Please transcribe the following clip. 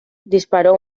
disparó